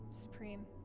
Supreme